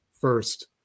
first